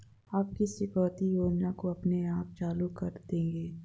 आप किस चुकौती योजना को अपने आप चालू कर देंगे?